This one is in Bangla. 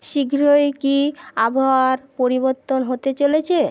শীঘ্রই কি আবহাওয়ার পরিবর্তন হতে চলেছে